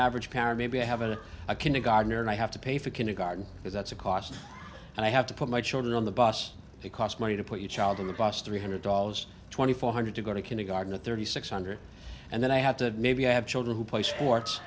average parent maybe i have an a kindergartner and i have to pay for kindergarten because that's a cost and i have to put my children on the bus it costs money to put your child in the bus three hundred dollars twenty four hundred to go to kindergarten at thirty six hundred and then i have to maybe have children who play sports